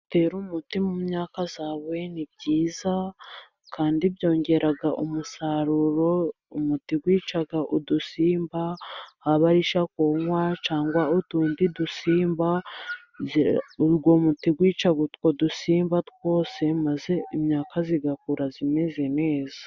Gutera umuti mu myaka yawe ni byiza kandi byongera umusaruro, umuti wica udusimba abarisha kunywa cyangwa utundi dusimba, uwo muti wica utwo dusimba twose maze imyaka igakura imeze neza.